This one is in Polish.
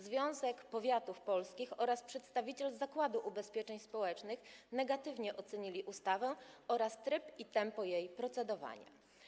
Związek Powiatów Polskich oraz przedstawiciel Zakładu Ubezpieczeń Społecznych negatywnie ocenili ustawę oraz tryb i tempo jej procedowania.